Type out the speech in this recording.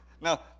Now